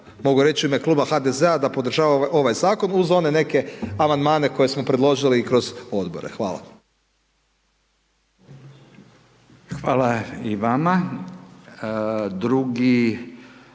mogu reći u ime Kluba HDZ-a da podržava ovaj zakon uz one neke amandmane koje smo predložili i kroz odbore. Hvala. **Radin,